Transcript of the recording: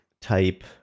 type